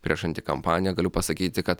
prieš antikampaniją galiu pasakyti kad